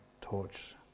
torch